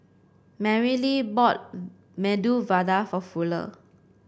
Marylee bought Medu Vada for Fuller